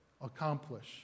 accomplish